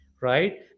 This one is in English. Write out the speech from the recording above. Right